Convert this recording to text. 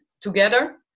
together